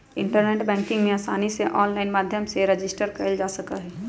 internet banking में आसानी से आनलाइन माध्यम से रजिस्टर कइल जा सका हई